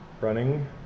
Running